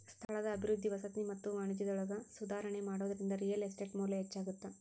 ಸ್ಥಳದ ಅಭಿವೃದ್ಧಿ ವಸತಿ ಮತ್ತ ವಾಣಿಜ್ಯದೊಳಗ ಸುಧಾರಣಿ ಮಾಡೋದ್ರಿಂದ ರಿಯಲ್ ಎಸ್ಟೇಟ್ ಮೌಲ್ಯ ಹೆಚ್ಚಾಗತ್ತ